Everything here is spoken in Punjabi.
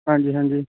ਹਾਂਜੀ ਹਾਂਜੀ